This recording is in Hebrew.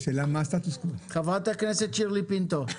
חברת הכנסת שירלי פינטו,